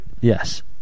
Yes